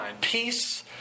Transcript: Peace